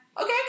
Okay